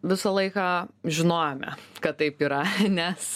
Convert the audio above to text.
visą laiką žinojome kad taip yra nes